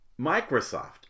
Microsoft